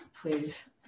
please